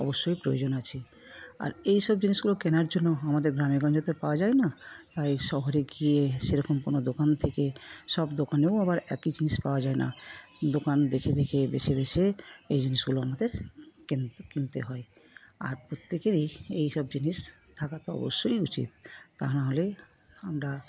অবশ্যই প্রয়োজন আছে আর এইসব জিনিসগুলো কেনার জন্য আমাদের গ্রামে গঞ্জে তো পাওয়া যায় না তাই শহরে গিয়ে সেরকম কোনও দোকান থেকে সব দোকানেও আবার একই জিনিস পাওয়া যায় না দোকান দেখে দেখে বেছে বেছে এ জিনিসগুলো আমাদের কিনতে হয় আর প্রত্যেকেরই এইসব জিনিস থাকাটা অবশ্যই উচিত তা না হলে আমরা